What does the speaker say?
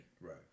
Right